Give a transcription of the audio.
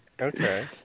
Okay